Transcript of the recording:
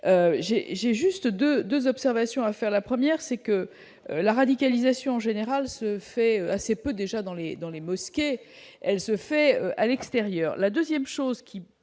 j'ai juste 2 2 observations à faire, la 1ère c'est que la radicalisation en général se fait assez peu déjà dans les dans les mosquées, elle se fait à l'extérieur